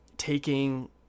Taking